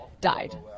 died